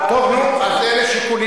מסילות נוסעות,